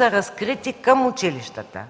разкрити към училищата.